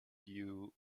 you